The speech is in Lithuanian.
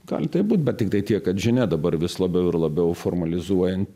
gali taip bet tiktai tiek kad žinia dabar vis labiau ir labiau formalizuojant